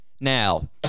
Now